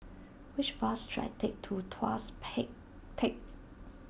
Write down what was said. which bus should I take to Tuas Peck Tech